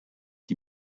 die